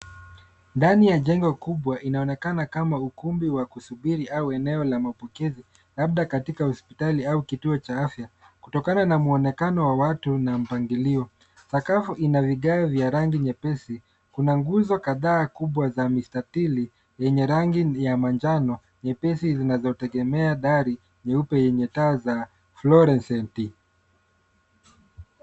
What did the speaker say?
Ndani ya jengo kubwa inaonekana kama ukumbi wa kusubiri au eneo la mapokezi labda katika hospitali au kituo cha afya, kutokana na mwonekano wa watu na mpangilio. Sakafu ina vigae vya rangi nyepesi, kuna nguzo kadhaa kubwa za mistatili yenye rangi ya manjano, nyepesi zinazotegemea dari nyeupe yenye taa za florescent .